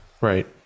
Right